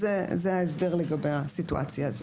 זה ההסדר לגבי הסיטואציה הזו.